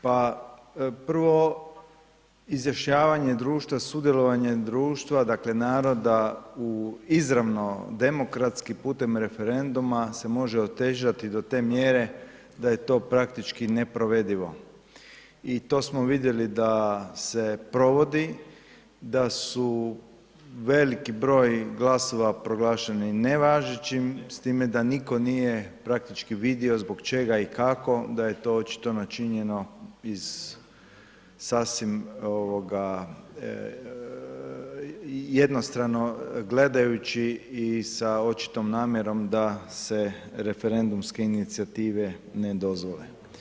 Pa prvo izjašnjavanjem društva, sudjelovanje društva, dakle, naroda u izravno, demokratski putem referenduma se može otežati do te mjere da je to praktički neprovedivo i to smo vidjeli, da se provodi, da su veliki broj glasova proglašeni nevažećim, s time da nitko nije praktički vidio zbog čega i kako da je to očito načinjano iz sasvim jednostrano gledajući i sa očitom namjerom, da se referendumske inicijative ne dozvole.